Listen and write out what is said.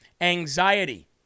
anxiety